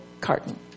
carton